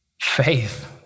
faith